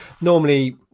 normally